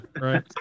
Right